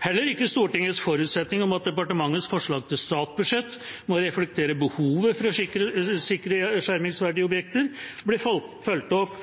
Heller ikke Stortingets forutsetning om at departementets forslag til statsbudsjett må reflektere behovet for å sikre skjermingsverdige objekter, ble fulgt opp